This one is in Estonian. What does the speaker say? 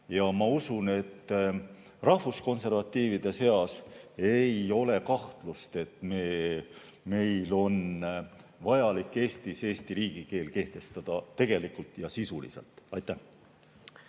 Ma usun, et rahvuskonservatiivide seas ei ole kahtlust, et meil on vajalik Eestis eesti riigikeel kehtestada tegelikult ja sisuliselt. On